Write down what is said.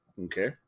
Okay